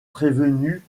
prévenue